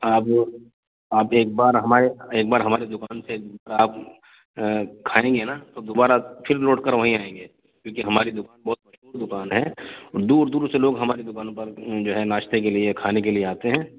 آپ آپ ایک بار ہمار ایک بار ہماری دوکان سے آپ کھائیں گے نا تو دوبارہ پھر لوٹ کر وہیں آئیں گے کیونکہ ہماری دوکان بہت مشہور دوکان ہے دور دور سے لوگ ہماری دوکان پر جو ہے ناشتے کے لیے کھانے کے لیے آتے ہیں